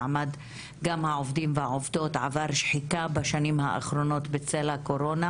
גם מעמד העובדים והעובדות עבר שחיקה בשנים האחרונות בצל הקורונה